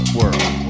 world